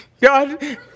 God